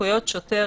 סמכויות שוטר.